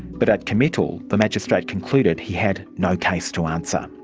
but at committal the magistrate concluded he had no case to answer.